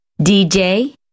DJ